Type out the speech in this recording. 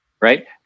right